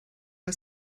als